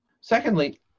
Secondly